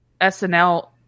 SNL